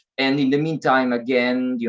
and in the meantime, again, yeah